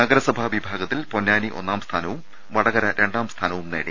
നഗരസഭാ വിഭാഗത്തിൽ പൊന്നാ നി ഒന്നാംസ്ഥാനവും വടകര രണ്ടാംസ്ഥാനവും നേടി